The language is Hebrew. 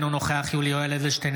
אינו נוכח יולי יואל אדלשטיין,